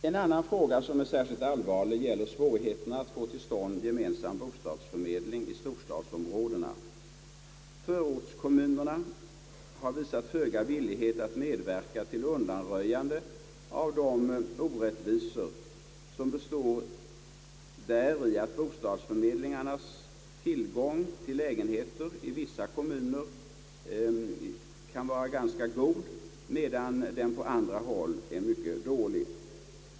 En annan fråga som är särskilt allvarlig gäller svårigheterna att få till stånd gemensam bostadsförmedling i storstadsområdena. Förortskommuner na har visat föga villighet att medverka till undanröjande av de orättvisor som består i att bostadsförmedlingarnas tillgång till lägenheter i vissa kommuner i storstadsområden kan vara ganska god, medan den på andra håll är mycket dålig.